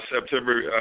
September